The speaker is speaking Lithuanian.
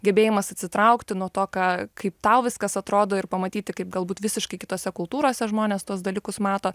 gebėjimas atsitraukti nuo to ką kaip tau viskas atrodo ir pamatyti kaip galbūt visiškai kitose kultūrose žmonės tuos dalykus mato